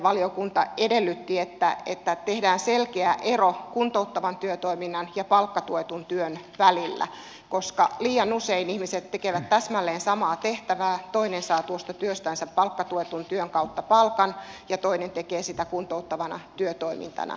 valiokunta edellytti että tehdään selkeä ero kuntouttavan työtoiminnan ja palkkatuetun työn välillä koska liian usein ihmiset tekevät täsmälleen samaa tehtävää mutta toinen saa tuosta työstänsä palkkatuetun työn kautta palkan ja toinen tekee sitä kuntouttavana työtoimintana